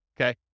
okay